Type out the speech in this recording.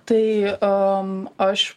tai aš